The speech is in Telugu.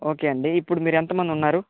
ఓకే అండి ఇప్పుడు మీరు ఎంతమంది ఉన్నారు